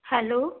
hello